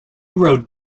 rode